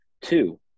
Two